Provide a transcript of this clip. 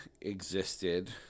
existed